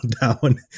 down